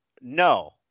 No